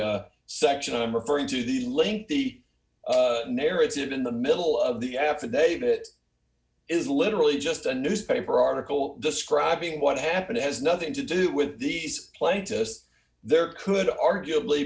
section i'm referring to the link the narrative in the middle of the affidavit is literally just a newspaper article describing what happened it has nothing to do with these plaintiffs there could arguably